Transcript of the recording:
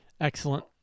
Excellent